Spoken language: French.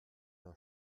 d’un